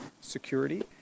security